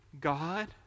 God